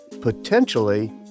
potentially